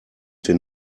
den